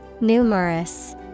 Numerous